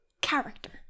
character